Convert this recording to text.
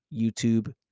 YouTube